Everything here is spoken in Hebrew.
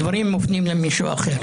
הדברים מופנים למישהו אחר.